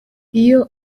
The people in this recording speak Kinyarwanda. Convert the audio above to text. iyo